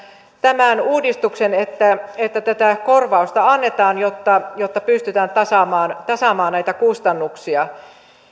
tämän uudistuksen että että tätä korvausta annetaan jotta jotta pystytään tasaamaan tasaamaan näitä kustannuksia